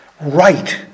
right